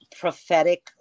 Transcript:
prophetic